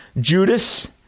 Judas